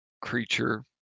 creature